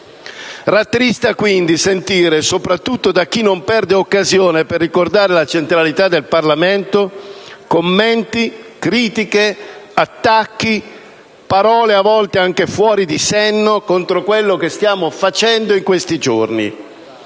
Rattrista, quindi, sentire soprattutto da chi non perde occasione per ricordare la centralità del Parlamento commenti, critiche, attacchi, parole, a volte anche fuori di senno, contro quello che stiamo facendo in questi giorni.